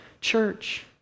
church